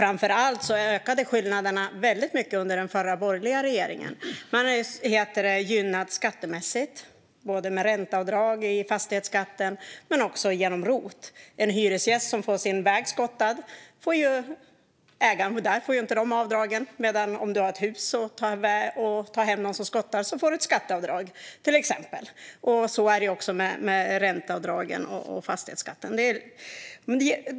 Framför allt ökade skillnaderna mycket under den förra borgerliga regeringen. Det ägda boendet är gynnat skattemässigt med ränteavdrag i fastighetsskatten och genom rot. En hyresgäst som får sin väg skottad får inte de avdragen, men den som har ett hus och tar hem någon som skottar får ett skatteavdrag. Så är det också med ränteavdragen och fastighetsskatten.